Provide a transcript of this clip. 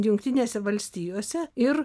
jungtinėse valstijose ir